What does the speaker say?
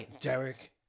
Derek